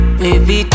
baby